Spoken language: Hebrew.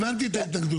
הבנתי את ההתנגדות.